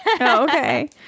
okay